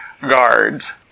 Guards